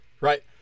Right